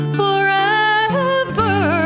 forever